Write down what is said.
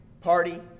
party